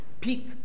peak